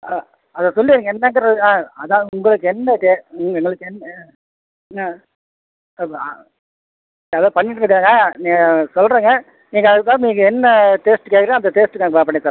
ஆ அதை சொல்லிடுங்க என்னங்கிறத ஆ அதுதான் உங்களுக்கு என்ன தே உங்களுக்கு என்ன ஆ ஆ அதுதான் பண்ணிகிட்டுருக்கங்க நெ சொல்கிறேங்க நீங்கள் அதைத் தவிர நீங்கள் என்ன டேஸ்ட்டு கேட்குறீங்களோ அந்த டேஸ்ட்டுக்கு நாங்கள் நான் பண்ணித்தர்றேங்க